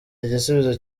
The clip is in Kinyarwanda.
igisubizo